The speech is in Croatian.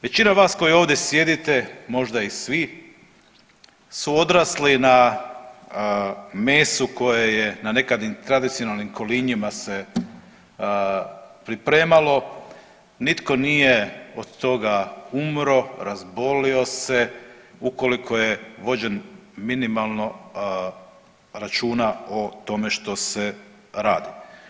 Većina vas koji ovdje sjedite, možda i svi, su odrasli na mesu koje je na nekad tradicionalnim kolinjima se pripremalo, nitko nije od toga umro razbolio se, ukoliko je vođen minimalno računa o tome što se radi.